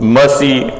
mercy